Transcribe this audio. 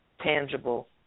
tangible